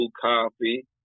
Coffee